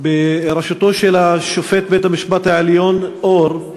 בראשות שופט בית-המשפט העליון אור את